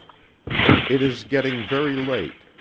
it is getting very late.